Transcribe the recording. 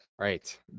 Right